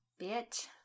Bitch